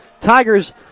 Tigers